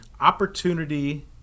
opportunity